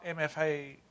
MFA